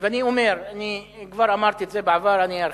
ואני אומר, וכבר אמרתי את זה בעבר ואני ארחיב: